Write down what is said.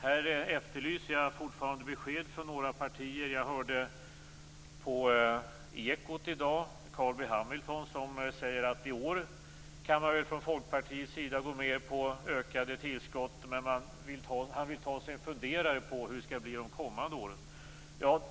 Här efterlyser jag fortfarande besked från några partier. Jag hörde på Ekot i dag Carl B Hamilton, som sade att man från Folkpartiets sida kan gå med på ökade tillskott i år, men att man vill ta sig en funderare på hur det skall bli de kommande åren.